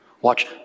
watch